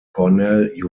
cornell